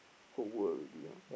whole world already ah